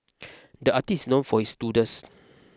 the artist's known for his doodles